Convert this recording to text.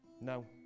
no